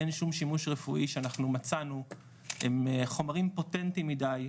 אין שום שימוש רפואי שאנחנו מצאנו הם חומרים פוטנטיים מידי,